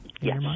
Yes